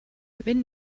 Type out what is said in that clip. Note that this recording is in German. wenn